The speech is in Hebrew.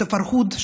את הפרהוד,